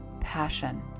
passion